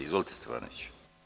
Izvolite Stefanoviću.